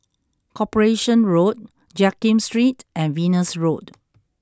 Corporation Road Jiak Kim Street and Venus Road